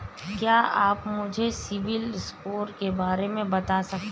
क्या आप मुझे सिबिल स्कोर के बारे में बता सकते हैं?